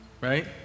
Right